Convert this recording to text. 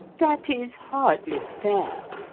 that is hardly fair,